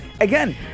Again